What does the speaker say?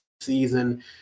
season